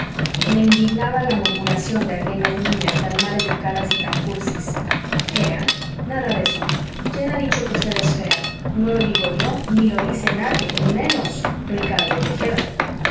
me indignaba la murmuración de aquellas niñas tan mal educadas y tan cursis fea nada de eso quién ha dicho que es usted fea no lo digo yo ni lo dice nadie y menos ricardo tejeda